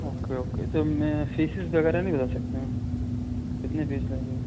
okay okay तो मैं fees वीस वगेरह नहीं बता सकते हैं कितनी फ़ीस लगे